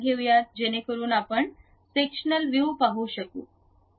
घेऊयात जेणेकरून आपण सेक्सनल व्ह्यू पाहू शकू